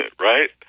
Right